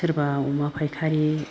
सोरबा अमा फायखारि